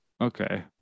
Okay